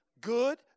Good